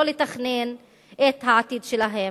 ולא לתכנן את העתיד שלהם.